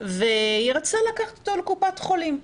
והיא רצתה לקחת אותו לקופת חולים.